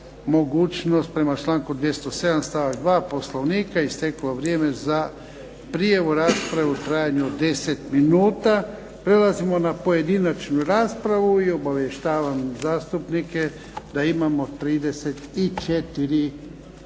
mogućnost prema članku 207. stavak 2. Poslovnika isteklo vrijeme za prijavu rasprave u trajanju od deset minuta. Prelazimo na pojedinačnu raspravu i obavještavam zastupnike da imamo 34